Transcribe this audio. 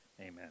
Amen